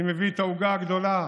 אני מביא את העוגה הגדולה.